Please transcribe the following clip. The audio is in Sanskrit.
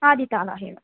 आदि तालः एव